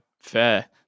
fair